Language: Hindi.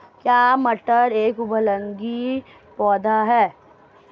क्या मटर एक उभयलिंगी पौधा है?